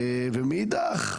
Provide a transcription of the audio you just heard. מאידך,